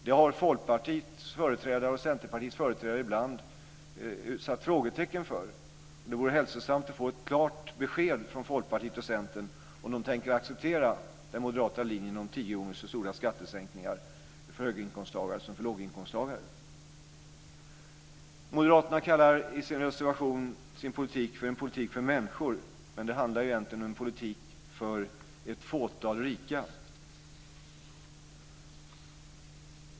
Det har Folkpartiets och Centerpartiets företrädare ibland satt frågetecken för. Det vore hälsosamt att få ett klart besked från Folkpartiet och Centern om de tänker acceptera den moderata linjen om tio gånger så stora skattesänkningar för höginkomsttagare som för låginkomsttagare. I sin reservation kallar Moderaterna sin politik för en politik för människor, men det handlar egentligen om en politik för ett fåtal rika.